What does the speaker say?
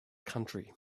country